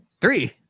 three